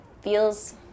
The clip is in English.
feels